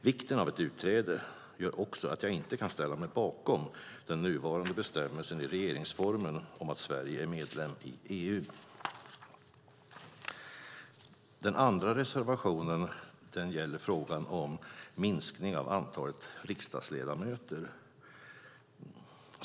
Vikten av ett utträde gör också att jag inte kan ställa mig bakom den nuvarande bestämmelsen i regeringsformen om att Sverige är medlem i EU. Den andra reservationen gäller frågan om en minskning av antalet riksdagsledamöter.